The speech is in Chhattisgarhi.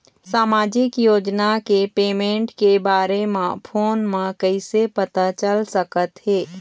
सामाजिक योजना के पेमेंट के बारे म फ़ोन म कइसे पता चल सकत हे?